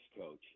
coach